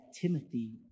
Timothy